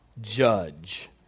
judge